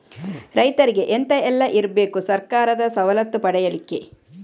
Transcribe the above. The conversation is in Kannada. ರೈತರಿಗೆ ಎಂತ ಎಲ್ಲ ಇರ್ಬೇಕು ಸರ್ಕಾರದ ಸವಲತ್ತು ಪಡೆಯಲಿಕ್ಕೆ?